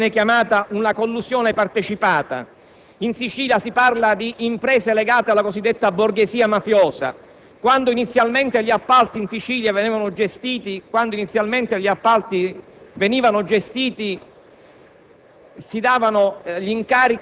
il fenomeno della cosiddetta collusione partecipata. In Sicilia si parla di imprese legate alla cosiddetta borghesia mafiosa. Quando inizialmente gli appalti venivano gestiti